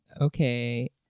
Okay